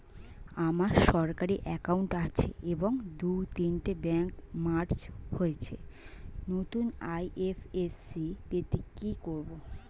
আমার সরকারি একাউন্ট আছে এবং দু তিনটে ব্যাংক মার্জ হয়েছে, নতুন আই.এফ.এস.সি পেতে কি করব?